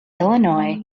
illinois